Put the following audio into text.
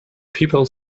people